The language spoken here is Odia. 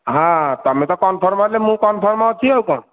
ହଁ ତୁମେ ତ କନ୍ଫର୍ମ୍ ହେଲେ ମୁଁ କନ୍ଫର୍ମ୍ ଅଛି ଆଉ କ'ଣ